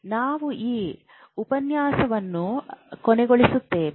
ನಾವು ಈ ಉಪನ್ಯಾಸವನ್ನು ಕೊನೆಗೊಳಿಸುತ್ತೇವೆ